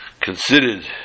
considered